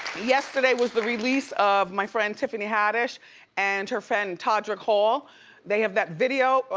yesterday was the release of my friend, tiffany haddish and her friend, todrick hall they have that video,